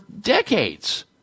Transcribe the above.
decades